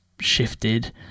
shifted